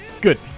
Good